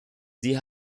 sie